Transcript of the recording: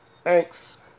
Thanks